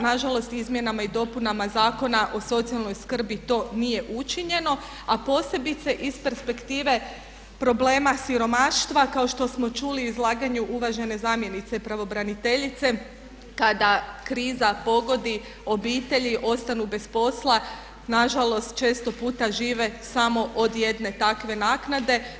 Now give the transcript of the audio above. Nažalost Izmjenama i dopunama Zakona o socijalnoj skrbi to nije učinjeno a posebice iz perspektive problema siromaštva kao što smo čuli u izlaganju uvažene zamjenice pravobraniteljice kada kriza pogodi obitelji, ostanu bez posla nažalost često puta žive samo od jedne takve naknade.